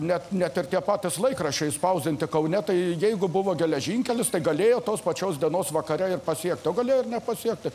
net net ir tie patys laikraščiai išspausdinti kaune tai jeigu buvo geležinkelis tai galėjo tos pačios dienos vakare ir pasiekti o galėjo ir nepasiekti